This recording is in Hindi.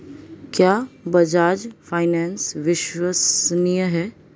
क्या बजाज फाइनेंस विश्वसनीय है?